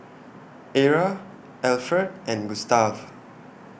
Era Alferd and Gustave